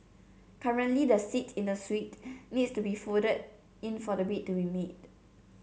currently the seat in the suite needs to be folded in for the bed to be made